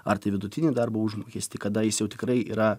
ar tai vidutinį darbo užmokestį kada jis jau tikrai yra